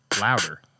louder